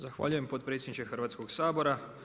Zahvaljujem potpredsjedniče Hrvatskog sabora.